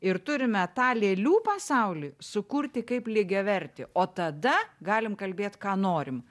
ir turime tą lėlių pasaulį sukurti kaip lygiavertį o tada galim kalbėt ką norim